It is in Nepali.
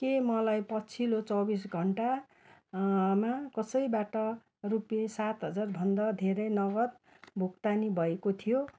के मलाई पछिल्लो चौबिस घन्टा मा कसैबाट रुपियाँ सात हजार भन्दा धेर नगद भुक्तानी भएको थियो